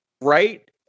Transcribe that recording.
right